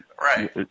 Right